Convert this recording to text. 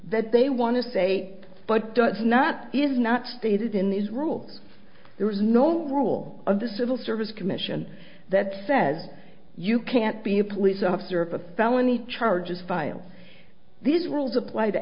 that they want to say but does not is not stated in these rules there is no rule of the civil service commission that says you can't be a police officer of a felony charges file these rules apply to